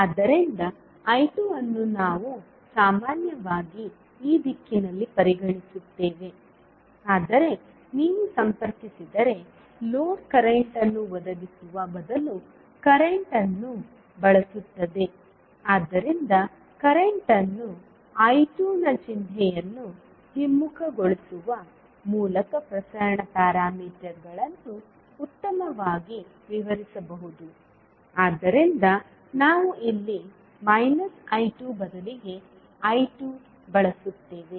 ಆದ್ದರಿಂದ I2 ಅನ್ನು ನಾವು ಸಾಮಾನ್ಯವಾಗಿ ಈ ದಿಕ್ಕಿನಲ್ಲಿ ಪರಿಗಣಿಸುತ್ತೇವೆ ಆದರೆ ನೀವು ಸಂಪರ್ಕಿಸಿದರೆ ಲೋಡ್ ಕರೆಂಟ್ ಅನ್ನು ಒದಗಿಸುವ ಬದಲು ಕರೆಂಟ್ ಅನ್ನು ಬಳಸುತ್ತದೆ ಆದ್ದರಿಂದ ಕರೆಂಟ್ ಅನ್ನು I2 ನ ಚಿಹ್ನೆಯನ್ನು ಹಿಮ್ಮುಖಗೊಳಿಸುವ ಮೂಲಕ ಪ್ರಸರಣ ಪ್ಯಾರಾಮೀಟರ್ಗಳನ್ನು ಉತ್ತಮವಾಗಿ ವಿವರಿಸಬಹುದು ಆದ್ದರಿಂದ ನಾವು ಇಲ್ಲಿ I2 ಬದಲಿಗೆ I2 ಬಳಸುತ್ತೇವೆ